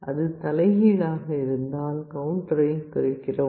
அது தலைகீழாக இருந்தால் கவுண்டரைக் குறைக்கிறோம்